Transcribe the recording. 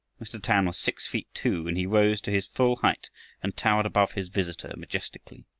mr. tan was six feet two and he rose to his full height and towered above his visitor majestically.